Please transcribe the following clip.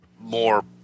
more